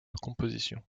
composition